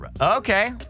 Okay